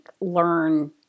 learn